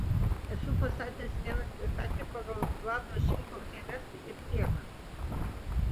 esu pastatęs vieną spektaklį pagal vlado šimkaus eiles ir tiek